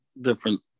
different